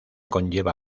conlleva